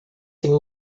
tem